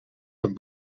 dat